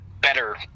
better